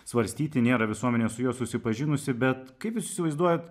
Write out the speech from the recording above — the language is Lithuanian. svarstyti nėra visuomenė su juo susipažinusi bet kaip jūs įsivaizduojat